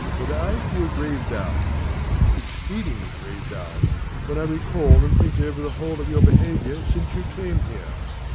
that i feel grave doubts exceedingly grave doubts when i recall and think over the whole of your behaviour since you came here.